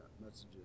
messages